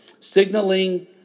signaling